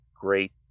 great